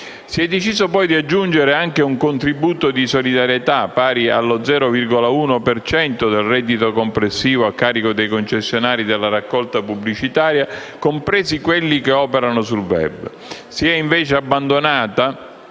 Si è deciso poi di aggiungere anche un contributo di solidarietà pari allo 0,1 per cento del reddito complessivo a carico dei concessionari della raccolta pubblicitaria, compresi quelli che operano sul *web*.